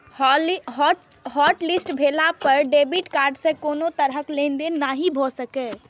hotlist भेला पर debit card सं कोनो तरहक लेनदेन नहि भए सकैए